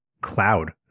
cloud